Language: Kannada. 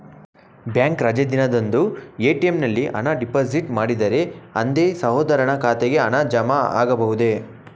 ಬ್ಯಾಂಕ್ ರಜೆ ದಿನದಂದು ಎ.ಟಿ.ಎಂ ನಲ್ಲಿ ಹಣ ಡಿಪಾಸಿಟ್ ಮಾಡಿದರೆ ಅಂದೇ ಸಹೋದರನ ಖಾತೆಗೆ ಹಣ ಜಮಾ ಆಗಬಹುದೇ?